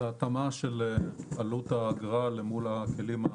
זו התאמה של עלות האגרה אל מול הכלים,